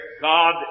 God